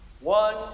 one